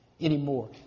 anymore